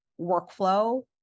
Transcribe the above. workflow